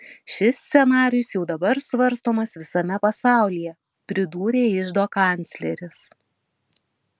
šis scenarijus jau dabar svarstomas visame pasaulyje pridūrė iždo kancleris